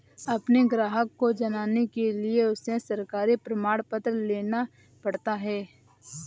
अपने ग्राहक को जानने के लिए उनसे सरकारी प्रमाण पत्र लेना पड़ता है